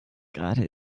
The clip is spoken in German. gerade